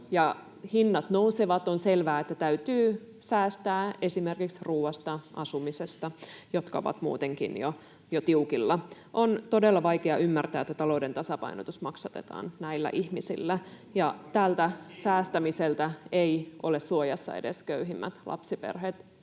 hinnat nousevat, on selvää, että täytyy säästää esimerkiksi ruoasta ja asumisesta, jotka ovat muutenkin jo tiukilla. On todella vaikea ymmärtää, että talouden tasapainotus maksatetaan näillä ihmisillä. [Ben Zyskowicz: Pitäisi maksattaa kiinalaisilla!]